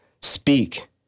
Speak